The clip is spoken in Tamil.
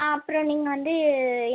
அப்புறம் நீங்கள் வந்து